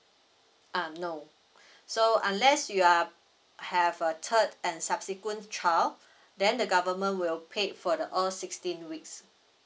ah no so unless you are have a third and subsequent child then the government will paid for the all sixteen weeks